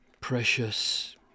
precious